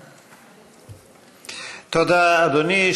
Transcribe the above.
תודה, אדוני.